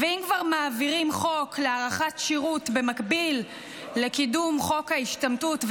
ואם כבר מעבירים חוק להארכת שירות במקביל לקידום חוק ההשתמטות,